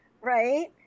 right